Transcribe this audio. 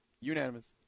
Unanimous